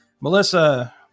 Melissa